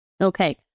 Okay